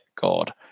God